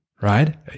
right